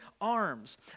arms